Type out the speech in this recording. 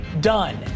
done